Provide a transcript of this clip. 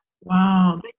Wow